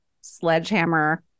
sledgehammer